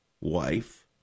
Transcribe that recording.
wife